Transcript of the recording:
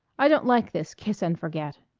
i don't like this kiss-and-forget.